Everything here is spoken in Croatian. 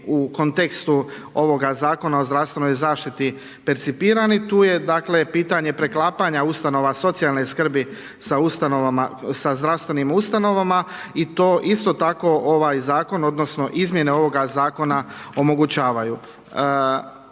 u kontekstu ovoga zakona o zdravstvenoj zaštiti percipirani, tu je pitanje preklapanja ustanova socijalne skrbi sa ustanovama, sa zdravstvenim ustanovama i to isto tako ovaj zakon odnosno, izmjene ovoga zakona omogućavaju.